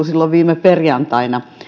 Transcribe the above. silloin viime perjantaina